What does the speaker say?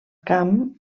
camp